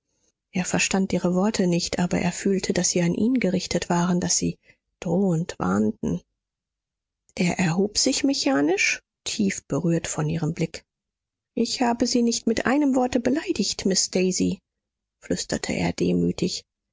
er verstand ihre worte nicht aber er fühlte daß sie an ihn gerichtet waren daß sie drohend warnten er erhob sich mechanisch tief berührt von ihrem blick ich habe sie nicht mit einem worte beleidigt miß daisy flüsterte er demütig